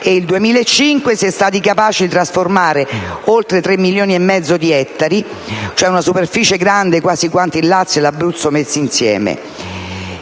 e il 2005 si è stati capaci di trasformare oltre 3 milioni e mezzo di ettari, cioè una superficie grande quasi quanto il Lazio e l'Abruzzo messi insieme.